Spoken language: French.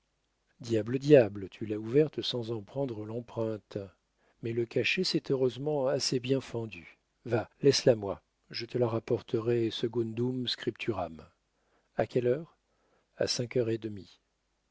diable diable tu l'as ouverte sans en prendre l'empreinte mais le cachet s'est heureusement assez bien fendu va laisse la moi je te la rapporterai secundum scripturam a quelle heure a cinq heures et demie